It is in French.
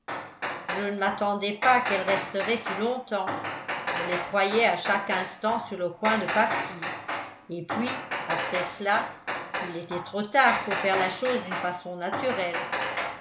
je ne m'attendais pas qu'elles resteraient si longtemps je les croyais à chaque instant sur le point de partir et puis après cela il était trop tard pour faire la chose d'une façon naturelle